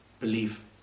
belief